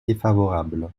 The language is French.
défavorable